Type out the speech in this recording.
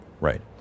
Right